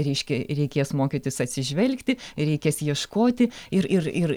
reiškia reikės mokytis atsižvelgti reikės ieškoti ir ir ir